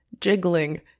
jiggling